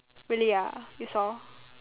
really ah you saw